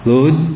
Lord